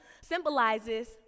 symbolizes